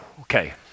Okay